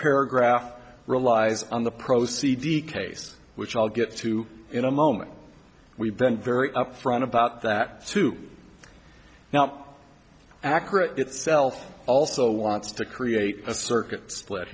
paragraph relies on the proceeding case which i'll get to in a moment we've been very upfront about that to now accurate itself also wants to create a circuit split